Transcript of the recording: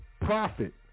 profit